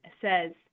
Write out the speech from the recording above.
says